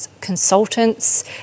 consultants